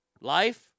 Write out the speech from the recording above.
Life